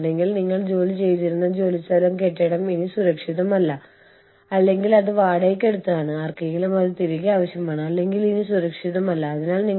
ആതിഥേയ രാജ്യത്തിന്റെയും മാതൃരാജ്യത്തിലെ പൌരന്മാരുടെയും ഇൻപാട്രിയേറ്റുകളുടെയും മറ്റ് രാജ്യക്കാരുടെയും മിശ്രിതമായിരിക്കും സംസ്കാരം